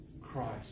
Christ